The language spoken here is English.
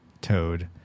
Toad